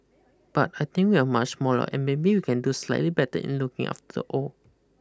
but I think we are much smaller and maybe we can do slightly better in looking after the old